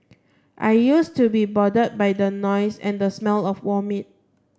I used to be bothered by the noise and the smell of vomit